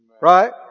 Right